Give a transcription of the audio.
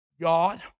God